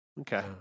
Okay